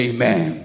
Amen